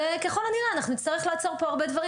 וככל הנראה אנחנו נצטרך לעצור פה הרבה דברים